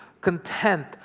content